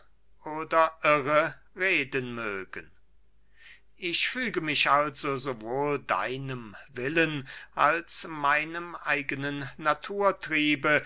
oder irre reden mögen ich füge mich also sowohl deinem willen als meinem eigenen naturtriebe